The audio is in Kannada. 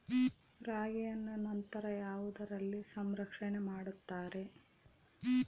ರಾಗಿಯನ್ನು ನಂತರ ಯಾವುದರಲ್ಲಿ ಸಂರಕ್ಷಣೆ ಮಾಡುತ್ತಾರೆ?